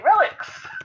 relics